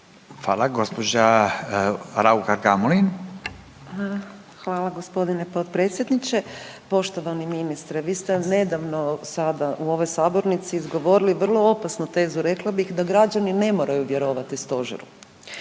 Urša (Možemo!)** Hvala gospodine potpredsjedniče. Poštovani ministre vi ste nedavno sada u ovoj sabornici izgovorili vrlo opasnu tezu. Rekla bih da građani ne moraju vjerovati stožeru.